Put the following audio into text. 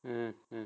mm mm